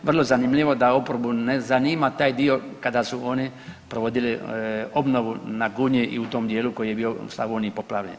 Vrlo zanimljivo da oporbu ne zanima taj dio kada su oni provodili obnovu na Gunji i u tom dijelu koji je bio u Slavoniji poplavljen.